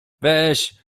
weź